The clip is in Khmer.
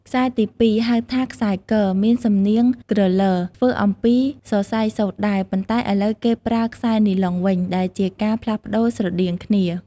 ខ្សែទីពីរ ហៅថា ខ្សែគ មានសំនៀងគ្រលរ ធ្វើអំពីសរសៃសូត្រដែរ ប៉ុន្តែឥឡូវគេប្រើខ្សែនីឡុងវិញ ដែលជាការផ្លាស់ប្តូរស្រដៀងគ្នា។